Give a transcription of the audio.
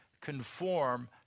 conform